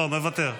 מוותר.